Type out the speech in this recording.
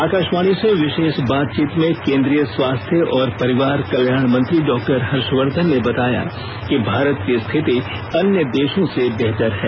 आकाशवाणी से विशेष बातचीत में केन्द्रीय स्वास्थ्य और परिवार कल्याण मंत्री डॉक्टर हर्षवर्धन ने बताया कि भारत की स्थिति अन्य देशों से बेहतर है